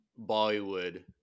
Bollywood